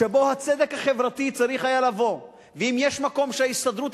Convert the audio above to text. שבו הצדק החברתי צריך היה לבוא ואם יש מקום שההסתדרות